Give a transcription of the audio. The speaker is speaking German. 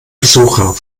besuchern